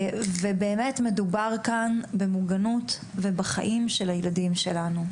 מדובר כאן במוגנות ובחיים של הילדים שלנו,